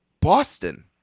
Boston